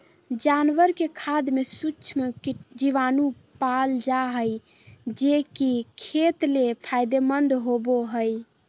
जानवर के खाद में सूक्ष्म जीवाणु पाल जा हइ, जे कि खेत ले फायदेमंद होबो हइ